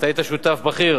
אתה היית שותף בכיר